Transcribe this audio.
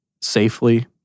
safely